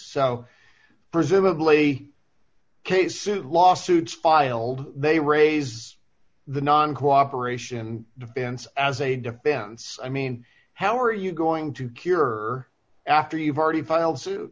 so presumably case should lawsuits filed they raise the non cooperation defense as a defense i mean how are you going to cure her after you've already filed suit